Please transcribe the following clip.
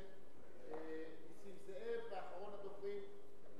חבר הכנסת נסים זאב, ואחרון הדוברים,